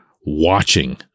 watching